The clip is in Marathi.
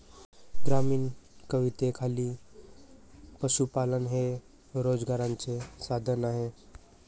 ग्रामीण कवितेखाली पशुपालन हे रोजगाराचे साधन आहे